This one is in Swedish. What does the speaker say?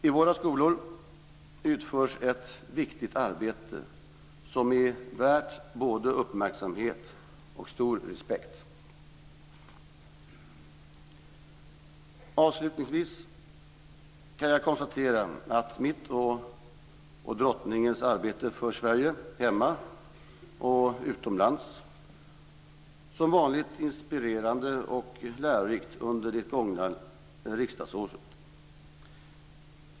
I våra skolor utförs ett viktigt arbete som är värt både uppmärksamhet och stor respekt. Avslutningsvis kan jag konstatera att mitt och drottningens arbete för Sverige hemma och utomlands som vanligt varit inspirerande och lärorikt under det gångna riksdagsåret.